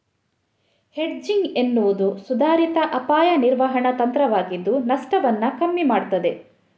hedging ಎನ್ನುವುದು ಸುಧಾರಿತ ಅಪಾಯ ನಿರ್ವಹಣಾ ತಂತ್ರವಾಗಿದ್ದು ನಷ್ಟವನ್ನ ಕಮ್ಮಿ ಮಾಡ್ತದೆ